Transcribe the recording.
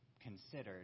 Considered